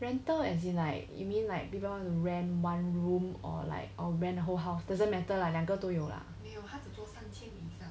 rental as in like you mean like people want to rent one room or like or rent whole house doesn't matter lah